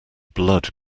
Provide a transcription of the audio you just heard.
blood